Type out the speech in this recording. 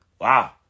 Wow